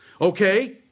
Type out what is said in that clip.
Okay